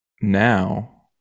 now